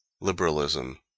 Liberalism